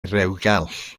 rewgell